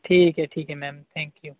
ਠੀਕ ਹੈ ਠੀਕ ਹੈ ਮੈਮ ਥੈਂਕਯੂ